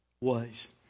ways